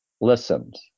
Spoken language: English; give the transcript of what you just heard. listened